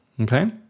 okay